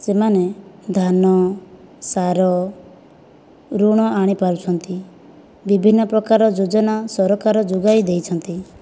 ସେମାନେ ଧାନ ସାର ଋଣ ଆଣିପାରୁଛନ୍ତି ବିଭିନ୍ନ ପ୍ରକାର ଯୋଜନା ସରକାର ଯୋଗାଇ ଦେଇଛନ୍ତି